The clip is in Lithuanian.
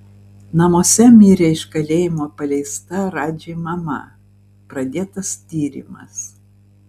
namuose mirė iš kalėjimo paleista radži mama pradėtas tyrimas